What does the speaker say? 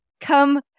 come